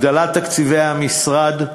הגדלת תקציבי המשרד,